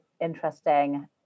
interesting